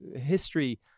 history